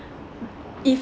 if